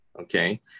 okay